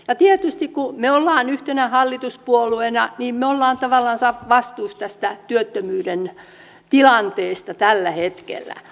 ja tietysti kun me olemme yhtenä hallituspuolueena me olemme tavallaan vastuussa tästä työttömyyden tilanteesta tällä hetkellä